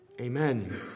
amen